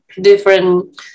different